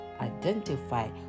identify